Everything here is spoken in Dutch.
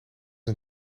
een